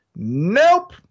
nope